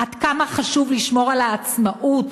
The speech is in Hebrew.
עד כמה חשוב לשמור על העצמאות